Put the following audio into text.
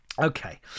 Okay